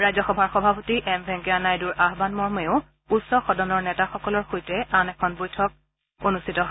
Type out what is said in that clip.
ৰাজ্যসভাৰ সভাপতি এম ভেংকায়া নাইডুৰ আহানমৰ্মেও উচ্চ সদনৰ নেতাসকলৰ সৈতে আন এখন বৈঠকত মিলিত হয়